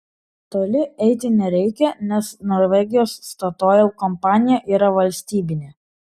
toli eiti nereikia nes norvegijos statoil kompanija yra valstybinė